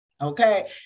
Okay